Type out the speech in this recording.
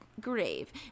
grave